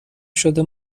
شده